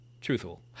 truthful